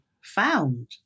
found